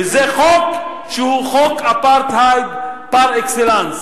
מאחר שהחוק הוא חוק אפרטהייד פר-אקסלנס.